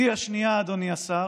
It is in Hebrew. בתי השנייה, אדוני השר,